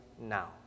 now